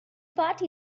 party